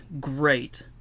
great